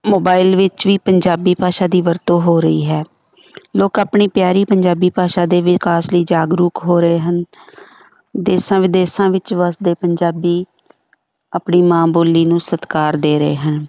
mobile ਵਿੱਚ ਵੀ ਪੰਜਾਬੀ ਭਾਸ਼ਾ ਦੀ ਵਰਤੋਂ ਹੋ ਰਹੀ ਹੈ ਲੋਕ ਆਪਣੀ ਪਿਆਰੀ ਪੰਜਾਬੀ ਭਾਸ਼ਾ ਦੇ ਵਿਕਾਸ ਲਈ ਜਾਗਰੂਕ ਹੋ ਰਹੇ ਹਨ ਦੇਸ਼ਾਂ ਵਿਦੇਸ਼ਾਂ ਵਿੱਚ ਵਸਦੇ ਪੰਜਾਬੀ ਆਪਣੀ ਮਾਂ ਬੋਲੀ ਨੂੰ ਸਤਿਕਾਰ ਦੇ ਰਹੇ ਹਨ